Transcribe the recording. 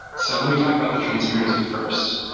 so let me talk about the transparency first.